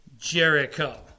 Jericho